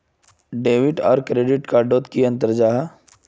Debit आर credit card डोट की अंतर जाहा?